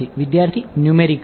વિદ્યાર્થી ન્યૂમેરિકલી